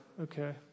okay